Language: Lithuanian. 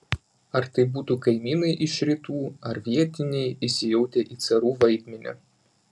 ar tai būtų kaimynai iš rytų ar vietiniai įsijautę į carų vaidmenį